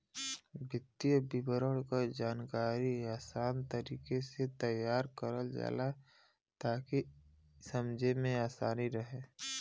वित्तीय विवरण क जानकारी आसान तरीके से तैयार करल जाला ताकि समझे में आसानी रहे